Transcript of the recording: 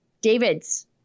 David's